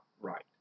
right